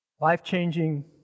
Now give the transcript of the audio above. Life-changing